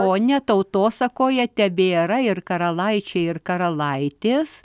ponia tautosakoje tebėra ir karalaičiai ir karalaitės